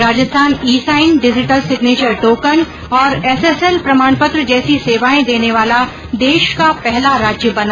Rajasthan e sign digital signature token और SSL प्रमाण पत्र जैसी सेवाएं देने वाला देश का पहला राज्य बना